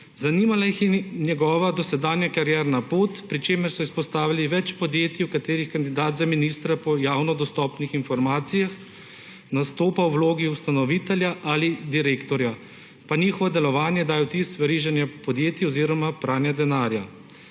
Zanimala jih je njegova dosedanja karierna pot, pri čemer so izpostavili več podjetij v katerih kandidat za ministra po javno dostopnih informacijah nastopa v vlogi ustanovitelja ali direktorja. / nerazumljivo/ njihovo delovanje daje vtis veriženja podjetij oziroma pranje denarja.